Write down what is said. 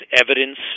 evidence